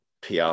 pr